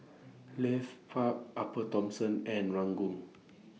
Leith Park Upper Thomson and Ranggung